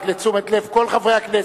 רק לתשומת לב כל חברי הכנסת,